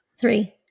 Three